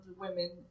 women